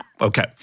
Okay